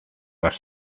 las